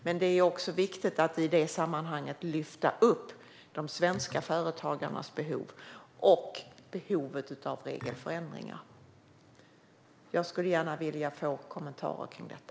Men det är också viktigt att i sammanhanget lyfta upp de svenska företagarnas behov och behovet av regelförändringar. Jag skulle gärna vilja få kommentarer till detta.